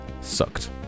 sucked